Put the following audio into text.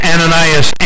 Ananias